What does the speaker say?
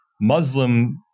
Muslim